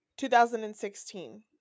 2016